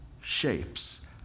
shapes